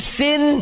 sin